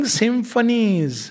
symphonies